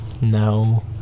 no